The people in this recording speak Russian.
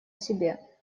себе